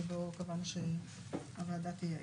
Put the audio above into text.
שבו קבענו שהוועדה תייעץ.